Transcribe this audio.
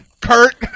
Kurt